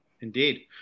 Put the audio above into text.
indeed